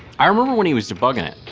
i remember when he was debugging it,